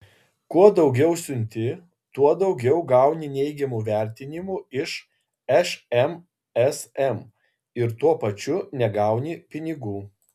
kuo daugiau siunti tuo daugiau gauni neigiamų vertinimų iš šmsm ir tuo pačiu negauni pinigų